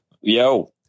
Yo